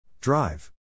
Drive